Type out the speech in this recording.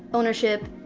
ownership,